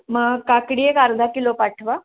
म काकडी एक अर्धा किलो पाठवा